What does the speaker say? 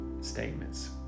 statements